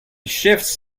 shifts